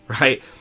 Right